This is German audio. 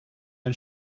ein